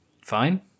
fine